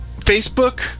Facebook